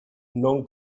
non